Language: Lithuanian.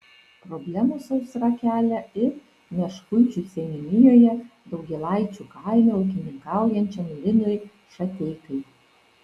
problemų sausra kelia ir meškuičių seniūnijoje daugėlaičių kaime ūkininkaujančiam linui šateikai